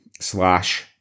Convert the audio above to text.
slash